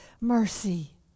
mercy